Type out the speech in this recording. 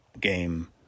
game